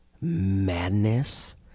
madness